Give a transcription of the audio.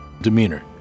Demeanor